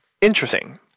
Interesting